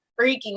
freaking